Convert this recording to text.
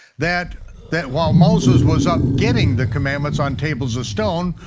that that while moses was up getting the commandments on tables of stone,